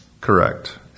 Correct